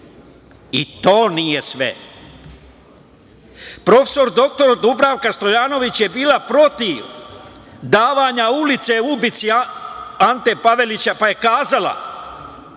nije sve. Profesor dr Dubravka Stojanović je bila protiv davanja ulice ubici Ante Pavelića pa je kazala,